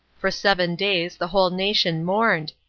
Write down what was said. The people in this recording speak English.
for seven days the whole nation mourned,